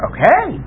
Okay